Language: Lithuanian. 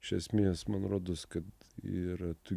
iš esmės man rodos kad ir tu